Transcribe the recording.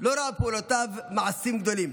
לא ראה בפעולותיו מעשים גדולים.